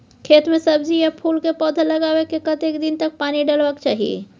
खेत मे सब्जी आ फूल के पौधा लगाबै के कतेक दिन तक पानी डालबाक चाही?